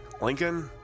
Lincoln